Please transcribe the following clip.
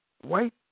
white